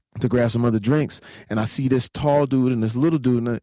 to grab some other drinks and i see this tall dude and this little dude. and ah